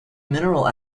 mineral